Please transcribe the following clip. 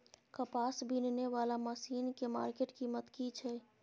कपास बीनने वाला मसीन के मार्केट कीमत की छै?